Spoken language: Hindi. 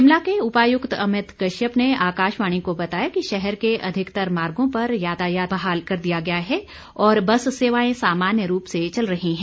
शिमला के उपायुक्त अमित कश्यप ने आकाशवाणी को बताया कि शहर के अधिकतर मार्गो पर यातायात बहाल कर दिया गया है और बस सेवाएं सामान्य रूप से चल रही हैं